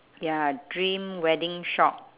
ya dream wedding shop